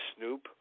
Snoop